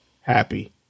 happy